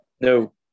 No